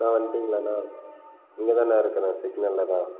அண்ணா வன்டிங்களாண்ணா இங்கேதாண்ணா இருக்கிறேன் சிக்னலில் தான்